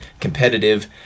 competitive